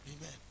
Amen